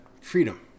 freedom